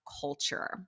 culture